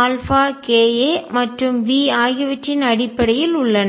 a V k a மற்றும் v ஆகியவற்றின் அடிப்படையில் உள்ளன